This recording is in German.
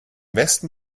westen